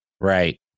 right